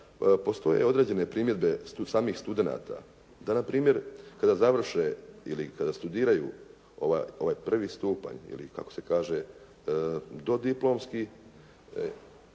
postoje određene primjedbe samih studenata da npr. kada završe ili kada studiraju ovaj prvi stupanj ili kako se kaže dodiplomski,